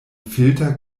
filter